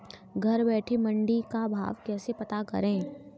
घर बैठे मंडी का भाव कैसे पता करें?